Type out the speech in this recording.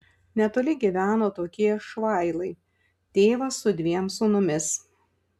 netoli gyveno tokie švailai tėvas su dviem sūnumis